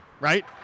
right